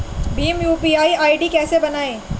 Bhim UPI ID कैसे बनाएं?